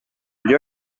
gli